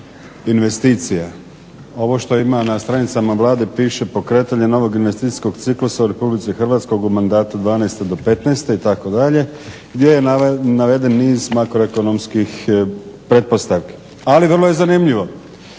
Ovo što ima na stranicama Vlade piše pokretanje novog investicijskog ciklusa u Republici Hrvatskoj u mandatu 12-15 itd. gdje je naveden niz makroekonomskih pretpostavki. Ali vrlo je zanimljivo